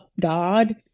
God